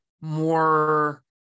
more